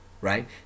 right